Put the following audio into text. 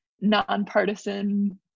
nonpartisan